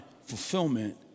fulfillment